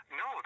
no